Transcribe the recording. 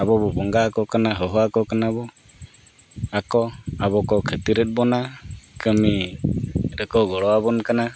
ᱟᱵᱚ ᱵᱚᱱ ᱵᱚᱸᱜᱟᱣᱟᱠᱚ ᱠᱟᱱᱟ ᱦᱚᱦᱚᱣᱟᱠᱚ ᱠᱟᱱᱟ ᱵᱚᱱ ᱟᱠᱚ ᱟᱵᱚ ᱠᱚ ᱠᱷᱟᱹᱛᱤᱨᱮᱫ ᱵᱚᱱᱟ ᱠᱟᱹᱢᱤ ᱨᱮᱠᱚ ᱜᱚᱲᱚᱣᱟᱵᱚᱱ ᱠᱟᱱᱟ